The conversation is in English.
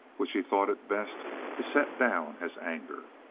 which he thought it best to set down as anger.